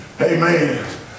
Amen